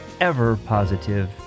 ever-positive